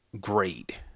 great